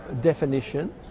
definition